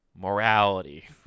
morality